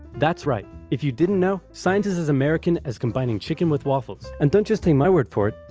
that's right. if you didn't know, science is is american as combining chicken with waffles. and don't just take my word for it,